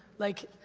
like,